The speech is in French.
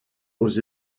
aux